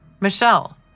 Michelle